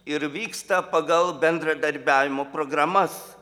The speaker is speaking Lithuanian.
ir vyksta pagal bendradarbiavimo programas